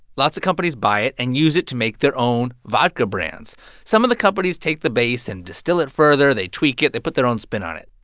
lots of companies buy it and use it to make their own vodka brands some of the companies take the base and distill it further. they tweak it. they put their own spin on it.